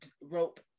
Rope